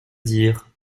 dire